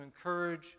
encourage